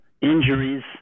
Injuries